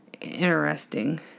interesting